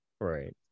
right